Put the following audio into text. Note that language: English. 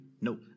No